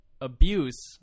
abuse